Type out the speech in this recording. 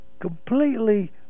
completely